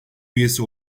üyesi